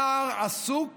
נער עסוק